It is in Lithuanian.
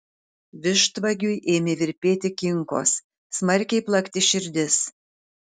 vištvagiui ėmė virpėti kinkos smarkiai plakti širdis